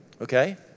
Okay